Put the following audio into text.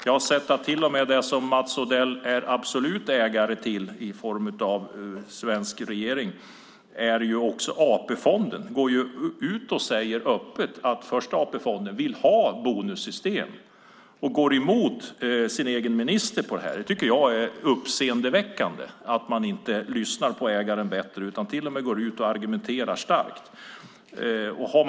Jag har sett att till och med det som Mats Odell absolut är ägare till i form av svensk regering, AP-fonderna, går ut och säger öppet att Första AP-fonden vill ha bonussystem och går emot sin egen minister. Jag tycker att det är uppseendeväckande att man inte lyssnar på ägaren bättre utan går ut och argumenterar starkt för bonusar.